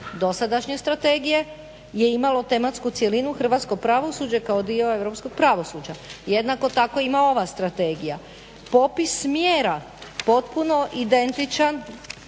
dosadašnje strategije je imalo tematsku cjelinu hrvatsko pravosuđe kao dio europskog pravosuđa. Jednako tako ima ova strategija. Popis mjera potpuno identičan